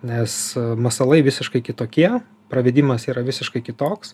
nes masalai visiškai kitokie pravedimas yra visiškai kitoks